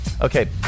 okay